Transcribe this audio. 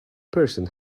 person